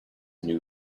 new